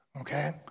okay